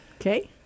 Okay